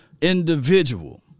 individual